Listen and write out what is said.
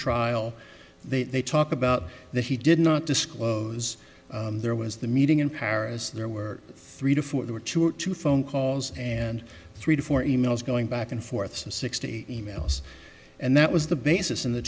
trial they talk about that he did not disclose there was the meeting in paris there were three to four there were two or two phone calls and three to four e mails going back and forth some sixty e mails and that was the basis in the